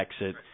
exit